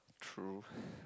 true